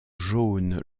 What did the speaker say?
jaune